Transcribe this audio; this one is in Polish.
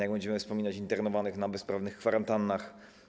Jak będziemy wspominać internowanych na bezprawnych kwarantannach?